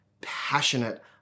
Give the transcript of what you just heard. passionate